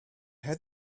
had